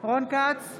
רון כץ,